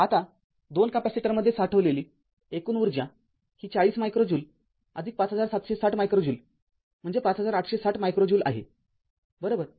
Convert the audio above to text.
आता २ कॅपेसिटरमध्ये साठवलेली एकूण ऊर्जा ही ४० मायक्रो ज्यूल ५७६० मायक्रो ज्यूल म्हणजे ५८६० मायक्रो ज्यूल आहेबरोबर